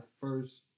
first